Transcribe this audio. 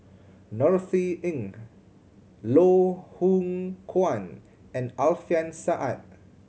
Norothy Ng Loh Hoong Kwan and Alfian Sa'at